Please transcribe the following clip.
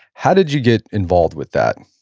how did you get involved with that?